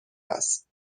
است